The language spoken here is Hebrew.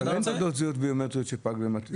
אם כן, אין תעודות זהות ביומטריות שפן תוקפן.